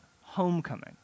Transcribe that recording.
homecoming